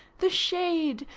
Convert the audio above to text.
the shade,